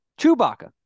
Chewbacca